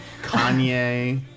Kanye